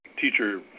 teacher